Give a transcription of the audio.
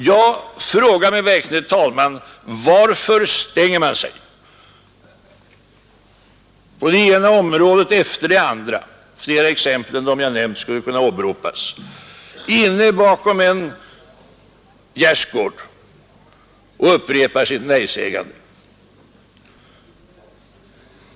Jag frågar mig varför man på det ena området efter det andra — flera exempel än de jag nämnde skulle kunna åberopas — stänger in sig bakom en gärdesgård och upprepar sitt nejsägande?